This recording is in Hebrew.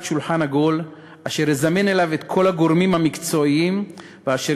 שולחן עגול אשר יזמן אליו את כל הגורמים המקצועיים ואשר